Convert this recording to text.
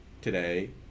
today